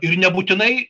ir nebūtinai